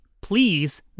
Please